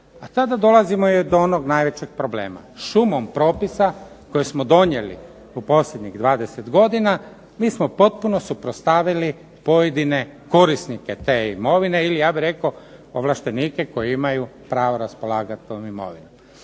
A tada dolazimo i do onog najvećeg problema. Šumom propisa koje smo donijeli u posljednjih 20 godina mi smo potpuno suprotstavili pojedine korisnike te imovine ili ja bih rekao ovlaštenike koji imaju pravo raspolagati tom imovinom.